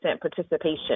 participation